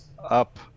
up